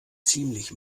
ziemlich